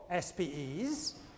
SPEs